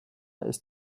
ist